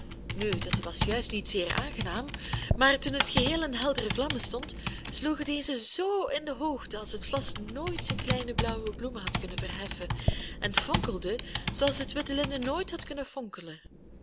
nu dat was juist niet zeer aangenaam maar toen het geheel in heldere vlammen stond sloegen deze zoo in de hoogte als het vlas nooit zijn kleine blauwe bloemen had kunnen verheffen en fonkelden zooals het witte linnen nooit had kunnen fonkelen